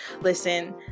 Listen